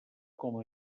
com